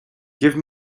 give